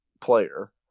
player